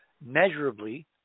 measurably